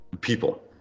people